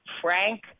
Frank